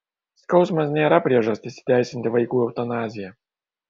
skausmas nėra priežastis įteisinti vaikų eutanaziją